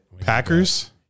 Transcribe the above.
Packers